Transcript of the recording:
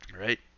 Right